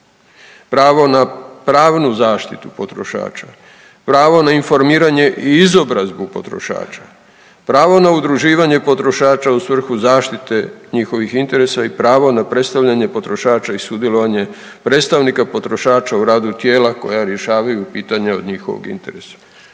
pravo na pravnu zaštitu potrošača, pravo na informiranje i izobrazbu potrošača, pravo na udruživanje potrošača u svrhu zaštite njihovih interesa i pravo na predstavljanje potrošača i sudjelovanje predstavnika potrošača u radu tijela koja rješavaju pitanja od njihovog interesa.